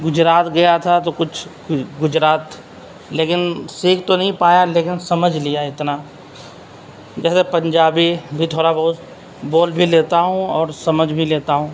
گجرات گیا تھا تو کچھ گجرات لیکن سیکھ تو نہیں پایا لیکن سمجھ لیا اتنا جیسے پنجابی بھی تھوڑا بہت بول بھی لیتا ہوں اور سمجھ بھی لیتا ہوں